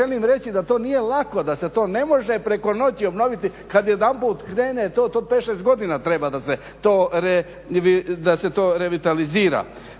želim reći da to nije lako, da se to ne može preko noći obnoviti kada jedanput krene, to 5, 6 godina treba da se to revitalizira.